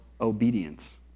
obedience